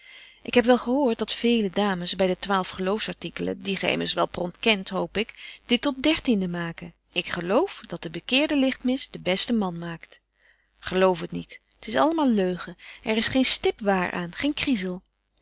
ik heb wel gehoort dat vele dames by de twaalf geloofsartikelen die gy immers wel pront kent hoop ik dit tot het dertiende maken ik geloof dat de bekeerde lichtmis de beste man maakt geloof het niet t is allemaal leugen er is geen stip waar aan geen kriezel